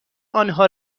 آنها